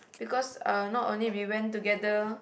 because not only we went together